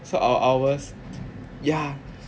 so our hours yeah